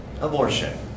Abortion